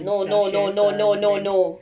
no no no no no no no